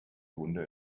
hunde